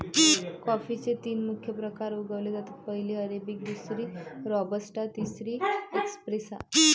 कॉफीचे तीन मुख्य प्रकार उगवले जातात, पहिली अरेबिका, दुसरी रोबस्टा, तिसरी एस्प्रेसो